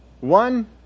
One